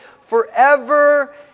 forever